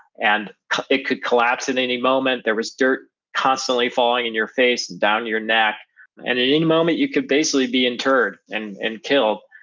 and it could collapse at any moment, there was dirt constantly falling in your face, down your neck and at any moment you could basically be interred and and killed,